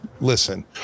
listen